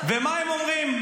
-- ומה הם אומרים?